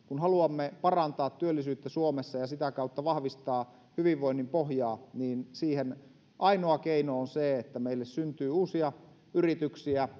kun haluamme parantaa työllisyyttä suomessa ja sitä kautta vahvistaa hyvinvoinnin pohjaa siihen ainoa keino on se että meille syntyy uusia yrityksiä